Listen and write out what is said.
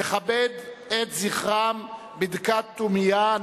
נכבד את זכרם בדקת דומייה.